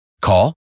Call